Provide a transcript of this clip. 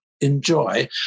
enjoy